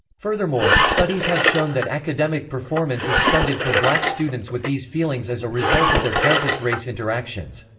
furthermore, studies have shown that academic performance is stunted for black students with these feelings as a result of their campus race interactions.